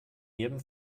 jedem